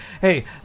hey